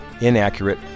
inaccurate